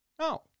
No